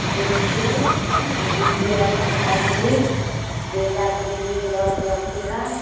देखिए जीतिया मैं आदमी बेटे के लिए व्रत रखते हैं